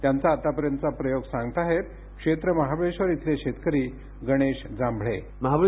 त्यांचा आतापर्यंतचा प्रयोग सांगताहेत क्षेत्र महाबळेश्वर इथले शेतकरी गणेश जांभळे